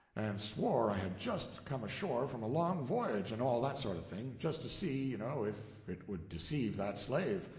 and swore i had just come ashore from a long voyage, and all that sort of thing just to see, you know, if it would deceive that slave.